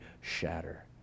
shatter